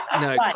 No